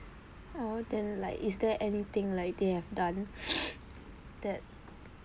oh then like is there anything like they have done that